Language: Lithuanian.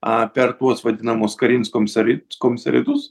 per tuos vadinamus karinius komisari komisariatus